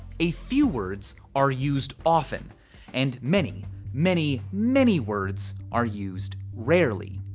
a few words are used often and many many many words are used rarely.